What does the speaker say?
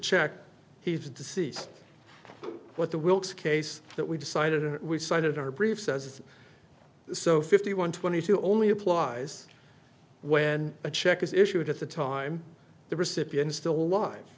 check he's deceased what the wilkes case that we decided we cited are brief says so fifty one twenty two only applies when a check is issued at the time the recipient still li